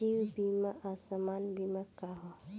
जीवन बीमा आ सामान्य बीमा का ह?